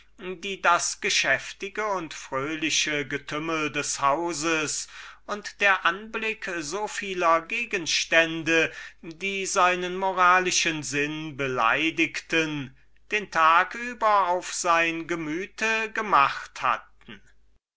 die das geschäftige und fröhliche getümmel des hauses und der anblick von so vielen gegenständen die seine moralischen sinne beleidigten den tag über auf sein gemüte gemacht hatten